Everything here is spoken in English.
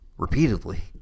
Repeatedly